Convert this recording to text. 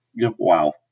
Wow